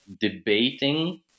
debating